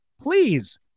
please